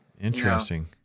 interesting